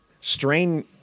strain